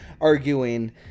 arguing